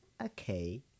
okay